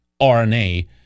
RNA